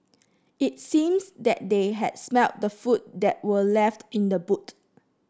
it seems that they had smelt the food that were left in the boot